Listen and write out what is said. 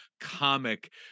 comic